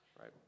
right